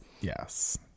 Yes